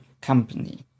company